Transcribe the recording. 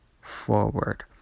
forward